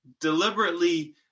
deliberately